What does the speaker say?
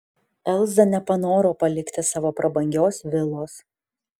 elza nepanoro palikti savo prabangios vilos